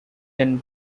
ten